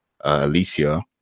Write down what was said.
Alicia